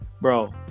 Bro